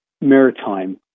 maritime